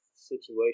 situation